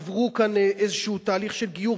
עברו כאן איזה תהליך של גיור,